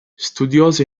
studioso